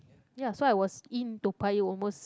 ya so I was in Toa-Payoh almost